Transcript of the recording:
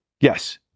yes